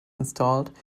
installed